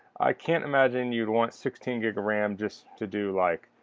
i can't imagine you'd want sixteen gig of ram just to do like